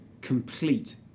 complete